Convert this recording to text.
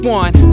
one